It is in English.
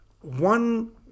one